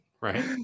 right